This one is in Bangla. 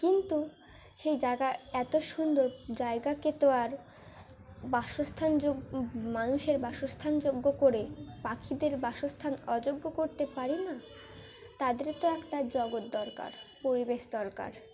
কিন্তু সেই জায়গা এত সুন্দর জায়গাকে তো আর বাসস্থান যোগ্য মানুষের বাসস্থানযোগ্য করে পাখিদের বাসস্থান অযোগ্য করতে পারি না তাদের তো একটা জগৎ দরকার পরিবেশ দরকার